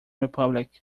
republic